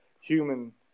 human